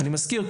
אני מזכיר,